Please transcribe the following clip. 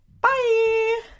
bye